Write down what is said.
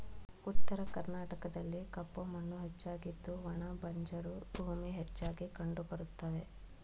ಉತ್ತರ ಕರ್ನಾಟಕದಲ್ಲಿ ಕಪ್ಪು ಮಣ್ಣು ಹೆಚ್ಚಾಗಿದ್ದು ಒಣ ಬಂಜರು ಭೂಮಿ ಹೆಚ್ಚಾಗಿ ಕಂಡುಬರುತ್ತವೆ